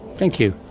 thank you.